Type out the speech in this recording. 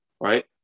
right